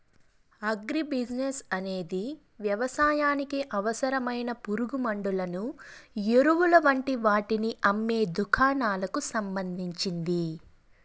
agri business అనేది వ్యవసాయానికి అవసరమైన పురుగుమండులను, ఎరువులు వంటి వాటిని అమ్మే దుకాణాలకు సంబంధించింది